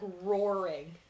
roaring